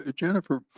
ah jennifer,